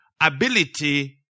ability